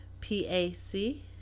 P-A-C